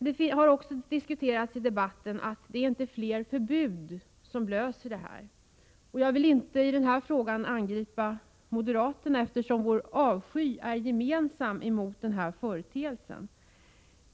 Det har också sagts i debatten att lösningen inte ligger i fler förbud. Jag vill inte i den här frågan angripa moderaterna eftersom vår avsky mot denna företeelse är gemensam.